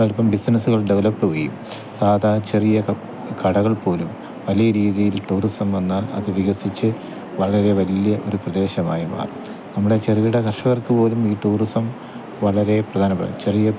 അൽപ്പം ബിസിനസ്സുകൾ ഡെവലപ്പ് ചെയ്യുകയും സാധാരണ ചെറിയ കടകൾപ്പോലും വലിയ രീതിയിൽ ടൂറിസം വന്നാല് അത് വികസിച്ച് വളരെ വലിയ ഒരു പ്രദേശമായിമാറും നമ്മുടെ ചെറുകിട കർഷകർക്ക് പോലും ഈ ടൂറിസം വളരെ പ്രധാനപ്പെട്ട ചെറിയ